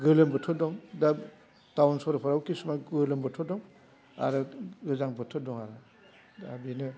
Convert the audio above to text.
गोलोम बोथोर दं दा टाउन सहरफ्राव खिसुमान गोलोम बोथोर दं आरो गोजां बोथोर दं आरो दा बेनो